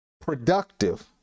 productive